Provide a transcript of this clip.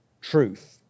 truth